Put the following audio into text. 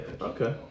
Okay